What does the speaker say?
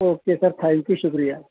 okay sir thank you شکریہ